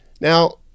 Now